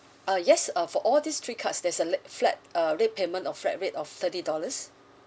uh yes uh for all these three cards there's a late flat uh late payment of flat rate of thirty dollars